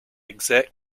exact